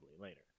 later